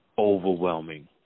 overwhelming